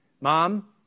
mom